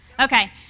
Okay